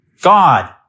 God